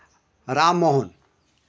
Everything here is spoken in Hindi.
राममोहन